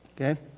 okay